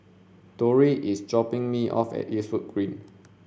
Dori is dropping me off at Eastwood Green